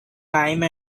time